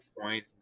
point